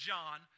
John